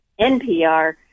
NPR